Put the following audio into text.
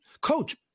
coach